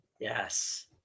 Yes